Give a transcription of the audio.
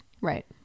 Right